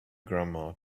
grandma